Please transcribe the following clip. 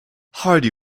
hardy